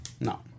no